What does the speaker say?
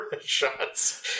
shots